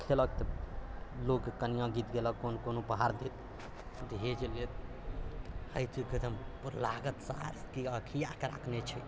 आ खेलक तऽ लोक कनिया गीत गेलक कोनो कोनो गीत दहेज लैत एहि चीज पर एकदम लागत सार के अखियाके रखने छै